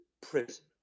prison